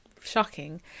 Shocking